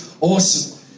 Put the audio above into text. Awesome